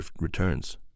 returns